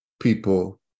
people